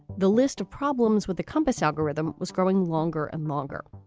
the list of problems with the compass algorithm was growing longer and longer.